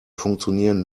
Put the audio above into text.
funktionieren